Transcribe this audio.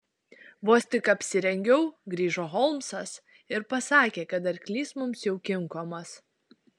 vos tik apsirengiau grįžo holmsas ir pasakė kad arklys mums jau kinkomas